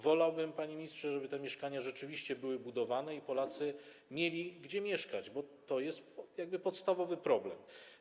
Wolałbym, panie ministrze, żeby te mieszkania rzeczywiście były budowane i żeby Polacy mieli gdzie mieszkać, bo to jest podstawowy problem.